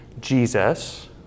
Jesus